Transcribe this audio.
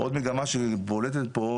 עוד מגמה שבולטת פה,